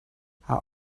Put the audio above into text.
haar